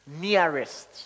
nearest